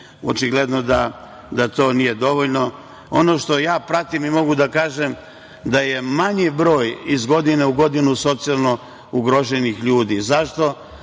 Očigledno da to nije dovoljno. Ono što ja pratim i mogu da kažem da je manji broj iz godine u godinu socijalno ugroženih ljudi. Zašto?